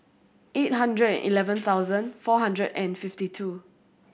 eight hundred and eleven thousand four hundred and fifty two